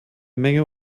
menge